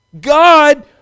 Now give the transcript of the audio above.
God